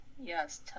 Yes